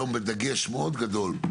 אנחנו היום בדגש מאוד גדול,